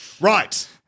Right